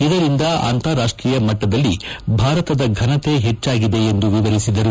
ಇದರಿಂದ ಅಂತಾರಾಷ್ಷೀಯ ಮಟ್ಟದಲ್ಲಿ ಭಾರತದ ಘನತೆ ಹೆಚ್ಚಾಗಿದೆ ಎಂದು ವಿವರಿಸಿದರು